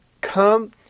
come